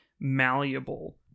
malleable